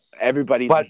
everybody's